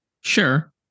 Sure